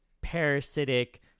parasitic